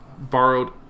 borrowed